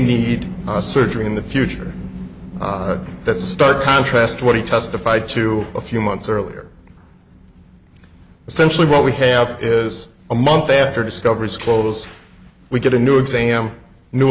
need surgery in the future that's a stark contrast to what he testified to a few months earlier essentially what we have is a month after discoveries close we get a new exam new